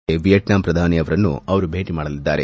ಅಲ್ಲದೆ ವಿಯೆಟ್ನಾಂ ಪ್ರಧಾನಿ ಅವರನ್ನು ಭೇಟ ಮಾಡಲಿದ್ದಾರೆ